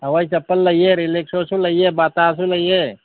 ꯍꯋꯥꯏ ꯆꯄꯜ ꯂꯩꯌꯦ ꯔꯤꯂꯦꯛꯁꯁꯣꯁꯨ ꯂꯩꯌꯦ ꯕꯥꯇꯥꯁꯨ ꯂꯩꯌꯦ